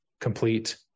complete